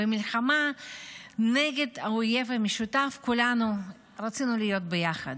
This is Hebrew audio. במלחמה נגד האויב המשותף כולנו רצינו להיות ביחד.